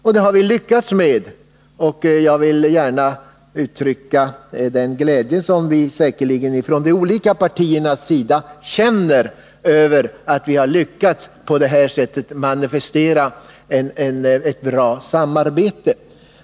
Vi har lyckats åstadkomma det, och jag vill gärna uttrycka den glädje som vi säkerligen ifrån de olika partiernas sida känner över att ha kunnat manifestera ett bra samarbete.